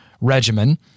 regimen